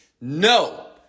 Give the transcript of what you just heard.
No